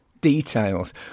details